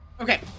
Okay